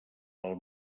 pel